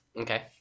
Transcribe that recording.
Okay